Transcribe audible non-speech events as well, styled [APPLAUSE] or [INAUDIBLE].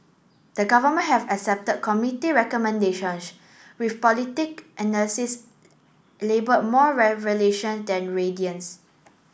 the Government have accepted committee recommendations which politic analysis labelled more [UNINTELLIGIBLE] than radiance